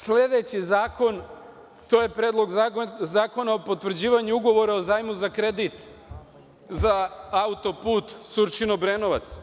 Sledeći zakon je Predlog zakona o potvrđivanju ugovora o zajmu za kredit za autoput Surčin-Obrenovac.